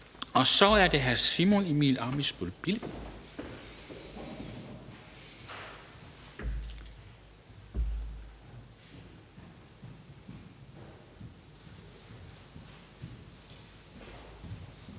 og så er det hr. Simon Emil Ammitzbøll-Bille.